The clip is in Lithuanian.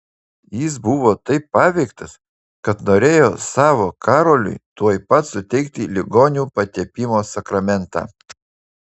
jis buvo taip paveiktas kad norėjo savo karoliui tuoj pat suteikti ligonių patepimo sakramentą